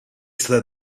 stata